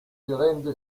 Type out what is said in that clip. violento